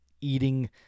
eating